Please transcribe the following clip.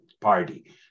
party